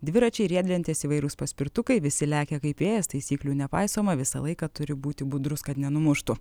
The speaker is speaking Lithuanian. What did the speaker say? dviračiai riedlentės įvairūs paspirtukai visi lekia kaip vėjas taisyklių nepaisoma visą laiką turi būti budrūs kad nenumuštų